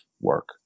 work